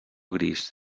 gris